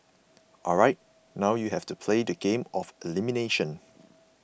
alright now you have to play the game of elimination